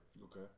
Okay